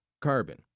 carbon